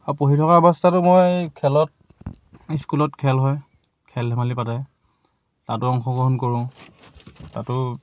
আ পঢ়ি থকা অৱস্থাটো মই খেলত স্কুলত খেল হয় খেল ধেমালি পাতে তাতো অংশগ্ৰহণ কৰোঁ তাতো